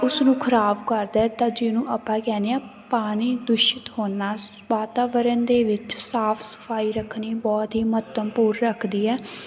ਉਸ ਨੂੰ ਖਰਾਬ ਕਰਦਾ ਤਾਂ ਜਿਹਨੂੰ ਆਪਾਂ ਕਹਿੰਦੇ ਹਾਂ ਪਾਣੀ ਦੂਸ਼ਿਤ ਹੋਣਾ ਵਾਤਾਵਰਨ ਦੇ ਵਿੱਚ ਸਾਫ ਸਫਾਈ ਰੱਖਣੀ ਬਹੁਤ ਹੀ ਮਹੱਤਵਪੂਰਨ ਰੱਖਦੀ ਹੈ